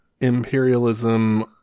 imperialism